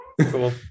Cool